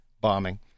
bombing